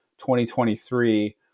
2023